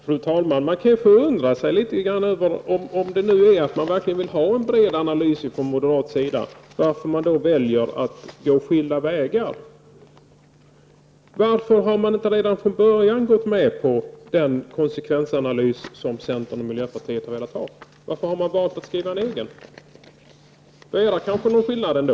Fru talman! Man kan undra över om moderaterna verkligen vill ha en bred analys. Varför väljer de i så fall att gå skilda vägar? Varför har man inte redan från början gått med på den konsekvensanalys som centern och miljöpartiet har velat ha? Varför har man valt att skriva en egen reservation? Det kanske finns en skillnad ändå.